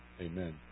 amen